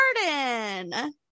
garden